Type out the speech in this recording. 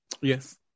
Yes